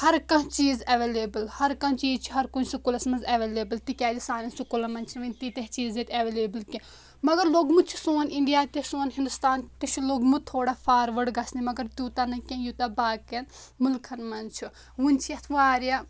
ہر کانٛہہ چیٖز اٮ۪وَلیبٕل ہر کانٛہہ چیٖز چھُ ہر کُنہِ سُکوٗلس منٛز اٮ۪وَلیبٕل تِکیازِ سانٮ۪ن سُکوٗلَن منٛز چھِںہٕ وٕنہِ تیٖتہ چیٖز ییٚتہِ اٮ۪وَلیبٕل کینٛہہ مگر لوٚگمُت چھُ سون اِنڈیا تہِ سون ہِندُستان تہِ چھُ لوٚگمُت تھوڑا فاروٲڑ گژھنہِ مگر تیوٗتاہ نہٕ کینٛہہ یوٗتاہ باقٕیَن ملکَن منٛز چھُ وُنہِ چھِ یَتھ واریاہ